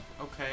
Okay